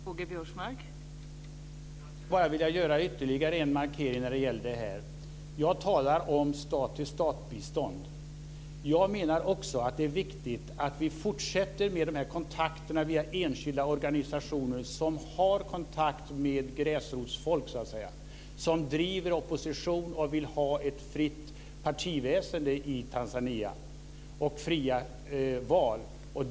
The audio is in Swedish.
Fru talman! Jag skulle bara vilja göra ytterligare en markering när det gäller det här. Jag talar om stattill-stat-bistånd. Jag menar också att det är viktigt att vi fortsätter med kontakterna via de enskilda organisationer som har kontakt med gräsrotsfolk som driver opposition och som vill ha ett fritt partiväsende och fria val i Tanzania.